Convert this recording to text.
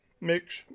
mix